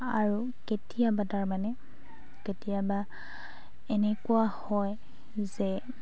আৰু কেতিয়াবা তাৰমানে কেতিয়াবা এনেকুৱা হয় যে